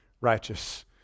righteous